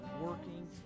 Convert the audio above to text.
working